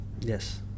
Yes